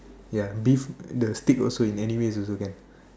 ya beef the steak also in any ways also can